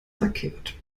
verkehrt